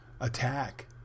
attack